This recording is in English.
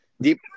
Deep